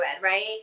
right